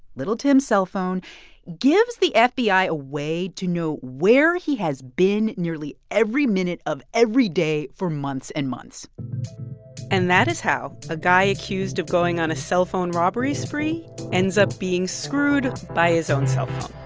little tim's cellphone gives the fbi a way to know where he has been nearly every minute of every day for months and months and that is how a guy accused of going on a cellphone robbery spree ends up being screwed by his own cellphone